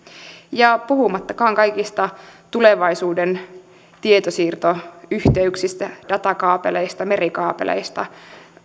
puhumattakaan kaikista tulevaisuuden tietosiirtoyh teyksistä datakaapeleista ja merikaapeleista